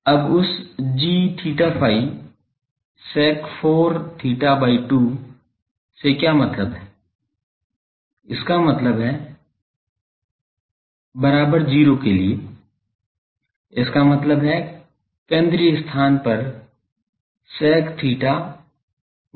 अब उस g𝛳ϕ sec 4 theta by 2 से क्या मतलब है इसका मतलब है बराबर 0 के लिए इसका मतलब है केंद्रीय स्थान पर sec theta 1 है